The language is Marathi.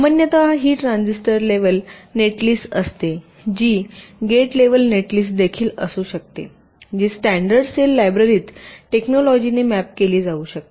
सामान्यत ही ट्रान्झिटर लेव्हल नेटलिस्ट असते जी गेट लेव्हल नेटलिस्ट देखील असू शकते जी स्टॅंडर्ड सेल लायब्ररीत टेक्नोलोंजिने मॅप केली जाऊ शकते